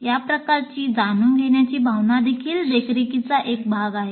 या प्रकारची जाणून घेण्याची भावना देखील देखरेखीचा एक भाग आहे